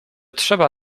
trzeba